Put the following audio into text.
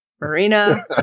marina